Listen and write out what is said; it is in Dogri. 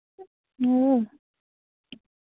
ओ